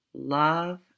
love